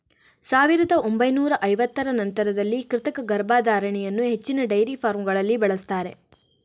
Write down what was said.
ಸಾವಿರದ ಒಂಬೈನೂರ ಐವತ್ತರ ನಂತರದಲ್ಲಿ ಕೃತಕ ಗರ್ಭಧಾರಣೆ ಅನ್ನು ಹೆಚ್ಚಿನ ಡೈರಿ ಫಾರ್ಮಗಳಲ್ಲಿ ಬಳಸ್ತಾರೆ